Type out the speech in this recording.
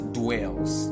dwells